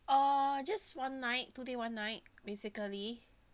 uh just one night two day one night basically